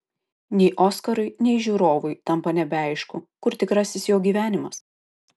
nei oskarui nei žiūrovui tampa nebeaišku kur tikrasis jo gyvenimas